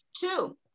Two